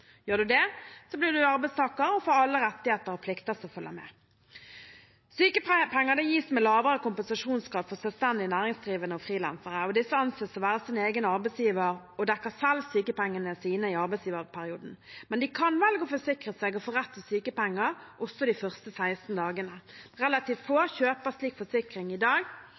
Gjør man det, blir man arbeidstaker og får alle rettigheter og plikter som følger med. Sykepenger gis med lavere kompensasjonsgrad for selvstendig næringsdrivende og frilansere. Disse anses å være sin egen arbeidsgiver og dekker selv sykepengene sine i arbeidsgiverperioden. Men de kan velge å forsikre seg og få rett til sykepenger også de første 16 dagene. Relativt få kjøper slik forsikring i dag.